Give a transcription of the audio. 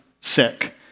sick